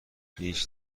هیچ